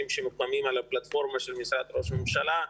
שמוקמים על הפלטפורמה של משרד ראש הממשלה,